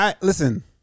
Listen